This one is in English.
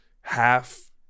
half